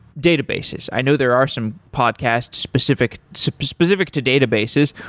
databases. i know there are some podcasts specific specific to databases.